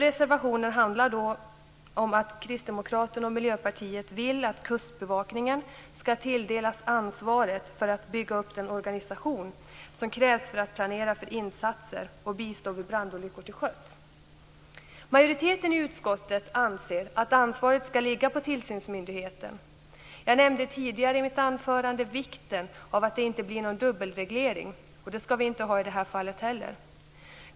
Reservationen handlar om att Kristdemokraterna och Miljöpartiet vill att Kustbevakningen skall tilldelas ansvaret för att bygga upp den organisation som krävs för att planera för insatser och bistå vid brandolyckor till sjöss. Majoriteten i utskottet anser att ansvaret skall ligga på tillsynsmyndigheten. Jag nämnde tidigare i mitt anförande vikten av att det inte blir någon dubbelreglering. Det skall vi inte heller ha i det här fallet.